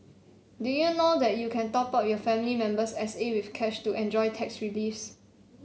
did you know that you can top up your family member's S A with cash to enjoy tax reliefs